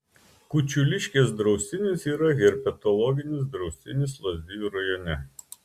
kučiuliškės draustinis yra herpetologinis draustinis lazdijų rajone